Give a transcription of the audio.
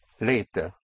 later